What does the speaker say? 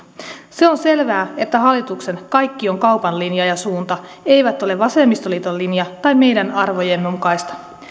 se on selvää että hallituksen kaikki on kaupan linja ja suunta eivät ole vasemmistoliiton linja tai meidän arvojemme mukaista